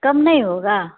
कम नहीं होगा